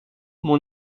mon